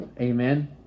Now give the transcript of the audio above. amen